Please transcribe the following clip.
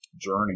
journey